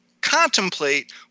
contemplate